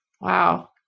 Wow